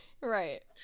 Right